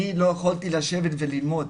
אני לא יכולתי לשבת וללמוד.